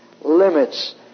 limits